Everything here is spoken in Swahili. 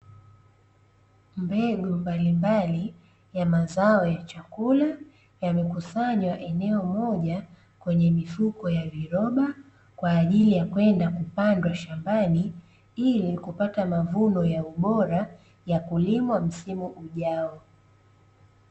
Mbegu mbali mbali ya mazao ya chakula yamekusanywa eneo moja kwenye mifuko ya viroba kwa ajili ya kwenda kupandwa shambani, ili kupata mavuno ya ubora ya kulimwa msimu ujao.